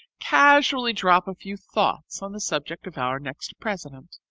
casually drop a few thoughts on the subject of our next president.